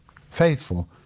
faithful